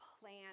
plan